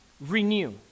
Renew